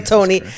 Tony